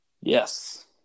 Yes